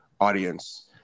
audience